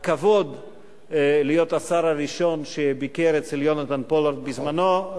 לי הכבוד להיות השר הראשון שביקר אצל יונתן פולארד בזמנו,